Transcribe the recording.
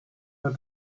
her